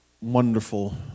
wonderful